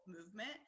movement